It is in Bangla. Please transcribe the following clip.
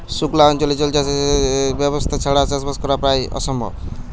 সুক্লা অঞ্চলে জল সেচের ব্যবস্থা ছাড়া চাষবাস করা প্রায় অসম্ভব